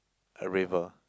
a river